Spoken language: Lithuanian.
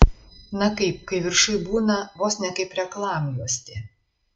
na kaip kai viršuj būna vos ne kaip reklamjuostė